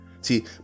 See